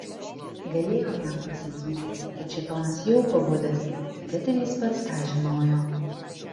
galėjau jam pasakyti kad šėtonas jau pabudęs bet ir jis pats tą žinojo